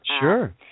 sure